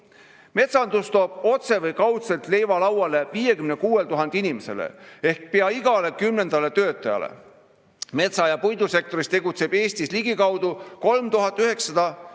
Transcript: Metsandus toob otse või kaudselt leiva lauale 56 000 inimesele ehk pea igale kümnendale töötajale. Metsa- ja puidusektoris tegutseb Eestis ligikaudu 3900